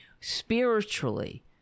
spiritually